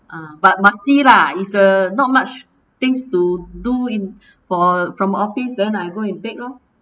ah but must see lah if the not much things to do in for from office then I go and bake lor